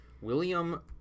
William